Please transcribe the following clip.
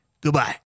Goodbye